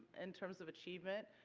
in terms of achievement.